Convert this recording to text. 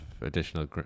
additional